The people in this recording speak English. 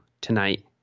tonight